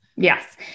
Yes